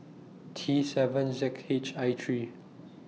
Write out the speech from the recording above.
T seven Z H I three